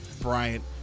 Bryant